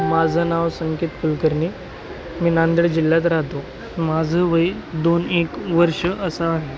माझं नाव संकेत कुलकर्नी मी नांदेड जिल्ह्यात राहतो माझं वय दोन एक वर्ष असं आहे